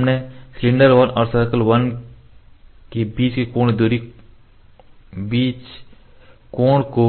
इसलिए हमने सिलेंडर 1 और सर्कल वन के बीच कोण को